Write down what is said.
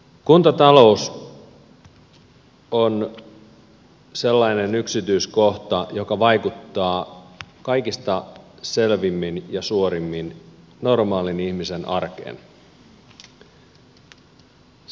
kuntatalous on sellainen yksityiskohta joka vaikuttaa kaikista selvimmin ja suorimmin normaalin ihmisen arkeen